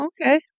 okay